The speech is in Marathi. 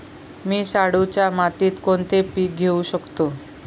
मी शाडूच्या मातीत कोणते पीक घेवू शकतो?